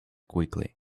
quickly